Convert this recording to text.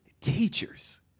Teachers